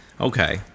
Okay